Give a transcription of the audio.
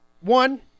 One